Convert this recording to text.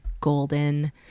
golden